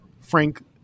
Frank